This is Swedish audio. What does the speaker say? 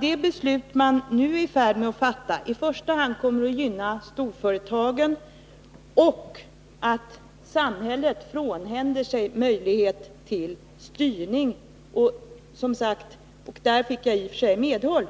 det beslut som man nu är i färd med att fatta kommer uppenbarligen i första hand att gynna storföretagen, och samhället frånhänder sig möjligheten till styrning. Där fick jag i och för sig medhåll.